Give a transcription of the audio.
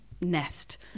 nest